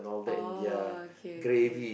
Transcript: oh okay okay